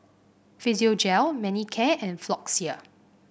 Physiogel Manicare and Floxia